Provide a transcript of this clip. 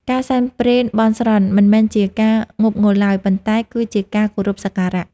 ការសែនព្រេនបន់ស្រន់ មិនមែនជាការងប់ងល់ឡើយ ប៉ុន្តែគឺជាការគោរពសក្ការៈ។